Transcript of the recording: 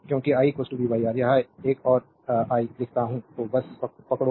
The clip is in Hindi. क्योंकि I v R यह एक है अगर आई लिखता हूं तो बस पकड़ो